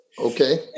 Okay